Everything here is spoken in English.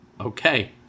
Okay